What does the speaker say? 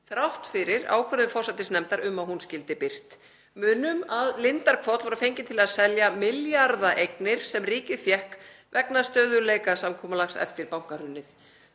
þrátt fyrir ákvörðun forsætisnefndar um að hún skyldi birt. Munum að Lindarhvoll var fenginn til að selja milljarðaeignir sem ríkið fékk vegna stöðugleikasamkomulags eftir bankahrunið.